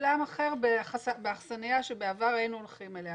אולם אחר באכסניה שבעבר היינו הולכים אליה,